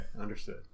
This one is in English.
understood